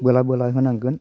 बोला बोला होनांगोन